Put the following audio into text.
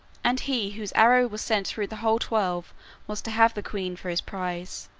and he whose arrow was sent through the whole twelve was to have the queen for his prize.